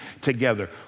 together